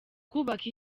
kubaka